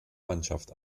mannschaft